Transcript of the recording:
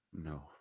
No